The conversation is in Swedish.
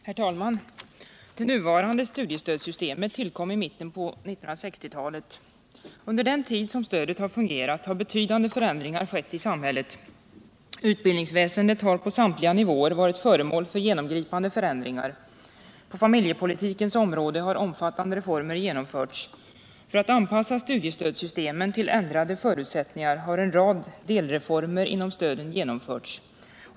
Herr talman! Det nuvarande studiestödssystemet tillkom i mitten av 1960 talet. Under den tid som stödet har fungerat har betydande förändringar skett i samhället. Utbildningsväsendet har på samtliga nivåer varit föremål för genomgripande förändringar. På familjepolitikens område har omfattande reformer genomförts. För att anpassa studiestödssystemen till ändrade förutsättningar har en rad delreformer genomförts.